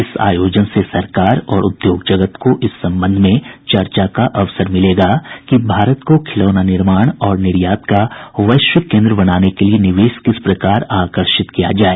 इस आयोजन से सरकार और उद्योग जगत को इस संबंध में चर्चा का अवसर मिलेगा कि भारत को खिलौना निर्माण और निर्यात का वैश्विक केंद्र बनाने के लिए निवेश किस प्रकार आकर्षित किया जाए